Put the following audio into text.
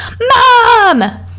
mom